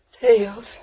Tails